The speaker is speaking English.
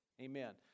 Amen